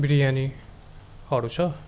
बिरयानीहरू छ